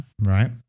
Right